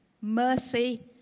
mercy